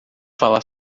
falar